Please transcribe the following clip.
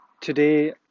today